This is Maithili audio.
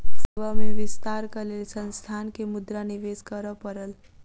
सेवा में विस्तारक लेल संस्थान के मुद्रा निवेश करअ पड़ल